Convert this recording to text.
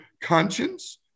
conscience